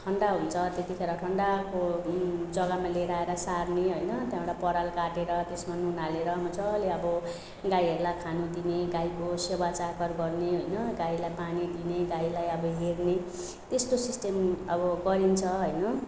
ठन्डा हुन्छ त्यतिखेर ठन्डाको जग्गामा लिएर आएर सार्ने होइन त्यहाँबाट पराल काटेर त्यसमा नुन हालेर मजाले अब गाईहरूलाई खान दिने गाईको सेवाचाकर गर्ने होइन गाईलाई पानी दिने गाईलाई अब हेर्ने त्यस्तो सिस्टम अब गरिन्छ होइन